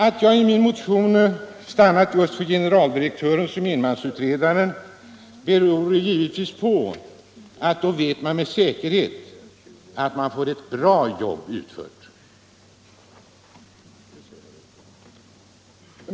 Att jag i min motion stannat just för generaldirektören som enmansutredare beror givetvis på att då vet man med säkerhet att man får ett bra jobb utfört.